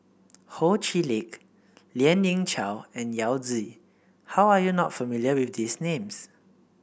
Ho Chee Lick Lien Ying Chow and Yao Zi how are you not familiar with these names